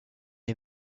est